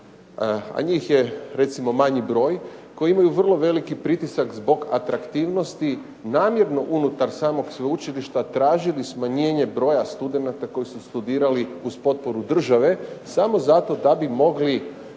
a njih je recimo manji broj, koji imaju vrlo veliki pritisak zbog atraktivnosti namjerno unutar samog sveučilišta tražili smanjenje broja studenata koji su studirali uz potporu države samo zato da bi mogli